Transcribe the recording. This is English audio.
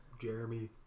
Jeremy